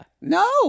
No